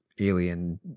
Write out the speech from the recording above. alien